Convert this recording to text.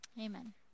Amen